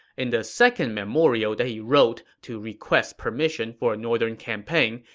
in the second memorial that he wrote to request permission for a northern campaign,